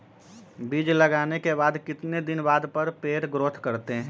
बीज लगाने के बाद कितने दिन बाद पर पेड़ ग्रोथ करते हैं?